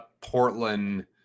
Portland